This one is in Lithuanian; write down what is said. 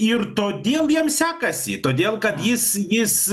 ir todėl jiem sekasi todėl kad jis jis